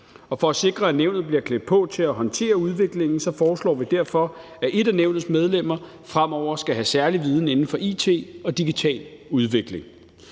og for at sikre, at nævnet bliver klædt på til at håndtere udviklingen, foreslår vi derfor, at et af nævnets medlemmer fremover skal have særlig viden inden for it og digital udvikling.